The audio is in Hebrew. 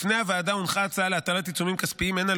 בפני הוועדה הונחה הצעה להטלת עיצומים כספיים הן על